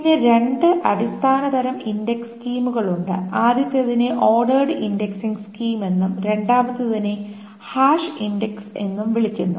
പിന്നെ രണ്ട് അടിസ്ഥാന തരം ഇൻഡക്സ് സ്കീമുകൾ ഉണ്ട് ആദ്യത്തേതിനെ ഓർഡേർഡ് ഇൻഡെക്സിംഗ് സ്കീം എന്നും രണ്ടാമത്തേതിനെ ഹാഷ് ഇൻഡെക്സ് എന്നും വിളിക്കുന്നു